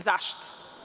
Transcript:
Zašto?